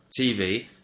TV